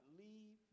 leave